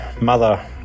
mother